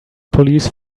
police